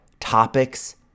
topics